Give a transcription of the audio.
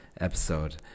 episode